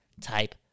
type